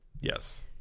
Yes